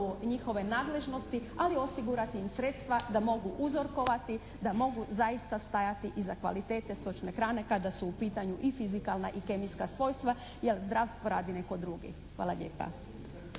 njihove nadležnosti, ali osigurati im sredstva da mogu uzrokovati, da mogu zaista stajati iza kvalitete stočne hrane kada su u pitanju i fizikalna i kemijska svojstva jer zdravstvo radi netko drugi. Hvala lijepa.